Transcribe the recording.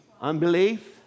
Unbelief